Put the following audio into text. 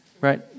right